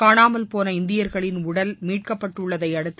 காணாமல்போன இந்தியர்களின் உடல் மீட்கப்பட்டுள்ளதை அடுத்து